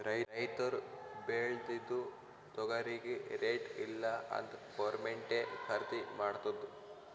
ರೈತುರ್ ಬೇಳ್ದಿದು ತೊಗರಿಗಿ ರೇಟ್ ಇಲ್ಲ ಅಂತ್ ಗೌರ್ಮೆಂಟೇ ಖರ್ದಿ ಮಾಡ್ತುದ್